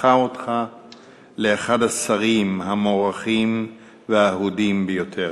הפכו אותך לאחד השרים המוערכים והאהודים ביותר.